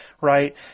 right